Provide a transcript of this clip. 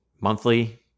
monthly